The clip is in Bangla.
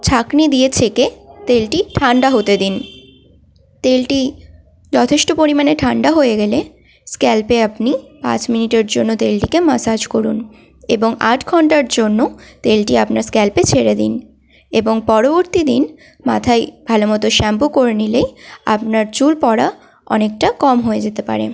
ছাঁকনি দিয়ে ছেঁকে তেলটি ঠান্ডা হতে দিন তেলটি যথেষ্ট পরিমাণে ঠান্ডা হয়ে গেলে স্ক্যাল্পে আপনি পাঁচ মিনিটের জন্য তেলটিকে মাসাজ করুন এবং আট ঘণ্টার জন্য তেলটি আপনার স্ক্যাল্পে ছেড়ে দিন এবং পরবর্তী দিন মাথায় ভালো মতো শ্যাম্পু করে নিলেই আপনার চুল পড়া অনেকটা কম হয়ে যেতে পারে